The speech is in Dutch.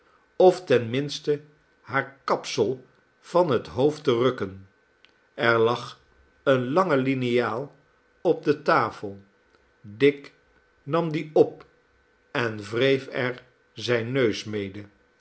of ten minste haar kapsel van het hoofd te rukken er lag eene lange liniaal op de tafel dick nam die op en wreef er zijn neus mede